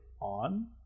on